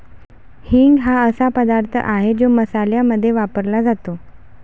हिंग हा असा पदार्थ आहे जो मसाल्यांमध्ये वापरला जातो